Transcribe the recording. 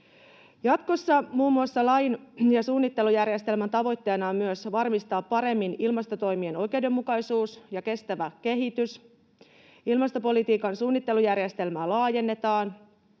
Jatkossa muun muassa lain ja suunnittelujärjestelmän tavoitteena on myös varmistaa paremmin ilmastotoimien oikeudenmukaisuus ja kestävä kehitys. Ilmastopolitiikan suunnittelujärjestelmää laajennetaan,